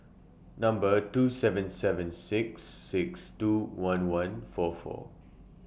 Number two seven seven six six two one one four four